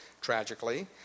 tragically